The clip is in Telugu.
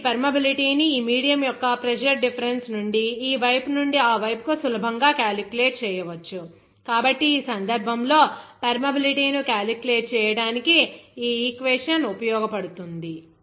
కాబట్టి ఈ పర్మియబిలిటీ ని ఈ మీడియం యొక్క ప్రెజర్ డిఫరెన్స్ నుండి ఈ వైపు నుండి ఆ వైపుకు సులభంగా క్యాలిక్యులేట్ చేయవచ్చు కాబట్టి ఆ సందర్భంలో పర్మియబిలిటీ ను క్యాలిక్యులేట్ చేయడానికి ఈ ఈక్వేషన్ ఉపయోగపడుతుంది